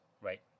right